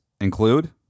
include